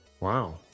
Wow